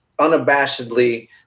unabashedly